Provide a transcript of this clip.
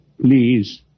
please